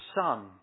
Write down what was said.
son